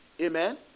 Amen